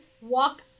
walk